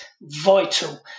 vital